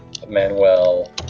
Manuel